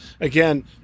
again